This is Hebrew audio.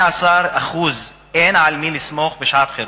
ול-18% אין על מי לסמוך בשעת חירום.